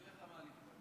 אין לך מה להתפלא.